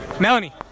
Melanie